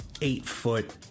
eight-foot